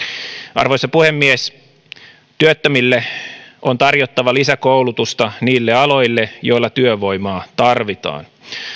arvoisa puhemies työttömille on tarjottava lisäkoulutusta niille aloille joilla työvoimaa tarvitaan